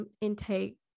intake